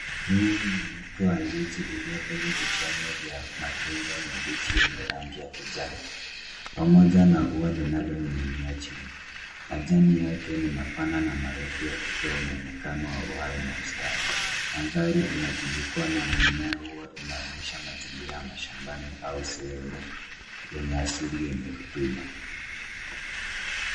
Huu ni mtu wa ndizi uliobeba vicha nne vya matunda mabichi yenye rangi ya kijani. Pamoja na ua linaloning'inia chini. Majani yake ni mapana na marefu yakitoa muonekano wa uhai na ustawi. Mandhari inazungukwa na mimea ua inaonyesha mazingira mashambani au sehemu yenye asili yenye rotuba.